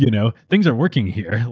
you know things are working here.